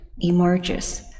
emerges